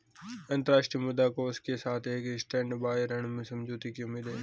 अंतर्राष्ट्रीय मुद्रा कोष के साथ एक स्टैंडबाय ऋण समझौते की उम्मीद है